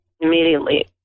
immediately